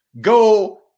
go